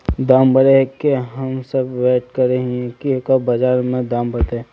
दाम बढ़े के हम सब वैट करे हिये की कब बाजार में दाम बढ़ते?